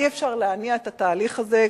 אי-אפשר להניע את התהליך הזה,